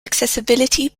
accessibility